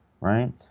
right